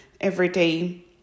everyday